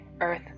earth